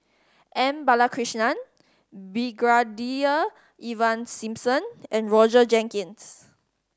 M Balakrishnan Brigadier Ivan Simson and Roger Jenkins